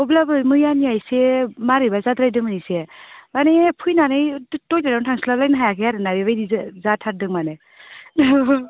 अब्लाबो मैयानिया एसे मारैबा जाद्रायदोंमोन एसे माने फैनानै टयलेटआवनो थांस्लाब लायनो हायाखै आरो ना बेबायदि जाथारदों माने ओ